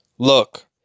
Look